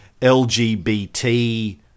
LGBT